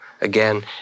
Again